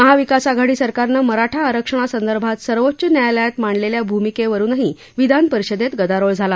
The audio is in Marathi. महाविकास आघाडी सरकारनं मराठा आरक्षणासंदर्भात सर्वोच्च न्यायालयात मांडलप्त्या भूमिकस्रूनही विधान परिषदप्त गदारोळ झाला